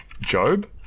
Job